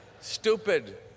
Stupid